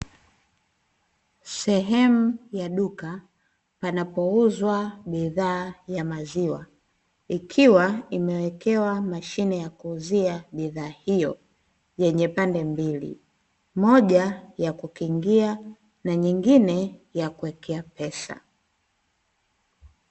Sehemu ya duka panapouzwa bidhaa ya maziwa, ikiwa imewekewa mashine ya kuuzia bidhaa hiyo yenye pande mbili moja ya kukingia na nyingine ya kuwekea pesa.